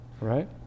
Right